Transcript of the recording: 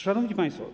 Szanowni Państwo!